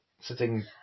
sitting